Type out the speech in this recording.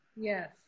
Yes